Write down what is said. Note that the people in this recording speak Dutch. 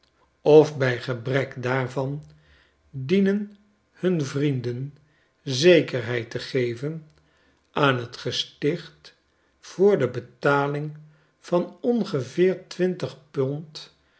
of bij gebrek daarvan dienen hun vrienden zekerheid te geven aan t gesticht voor de betaling van ongeveer twintig pond